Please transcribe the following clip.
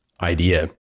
idea